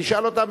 אני אשאל אותם,